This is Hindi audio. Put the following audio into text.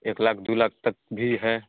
एक लाख दो लाख तक भी है